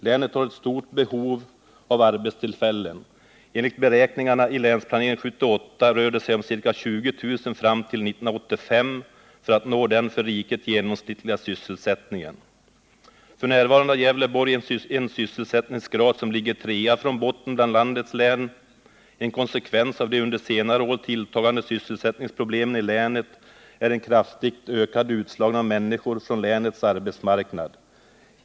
Länet har ett stort behov av arbetstillfällen — enligt beräkningarna i Länsplanering 1978 rör det sig om ca 20 000 fram till 1985 för att man skall nå den för riket genomsnittliga sysselsättningen. F. n. har Gävleborg en sysselsättningsgrad som innebär att länet ligger trea från botten bland landets län. En konsekvens av de under senare år tilltagande sysselsättningsproblemen i länet är en kraftigt ökad utslagning av människor från länets arbetsmarknad.